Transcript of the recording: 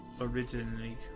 originally